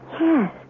Yes